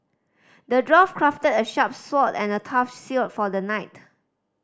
the dwarf crafted a sharp sword and a tough shield for the knight